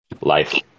Life